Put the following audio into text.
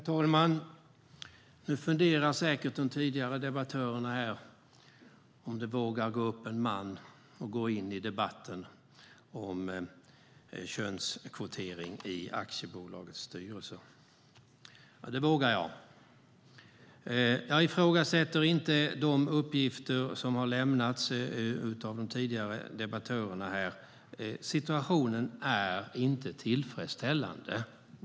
Herr talman! Nu funderar säkert de tidigare debattörerna på om en man vågar gå in i debatten om könskvotering i aktiebolags styrelser. Ja, det vågar jag. Jag ifrågasätter inte de uppgifter som har lämnats av de tidigare debattörerna här. Situationen är inte tillfredsställande.